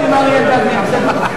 אנחנו יחד עם אריה אלדד, מייצגים אותו.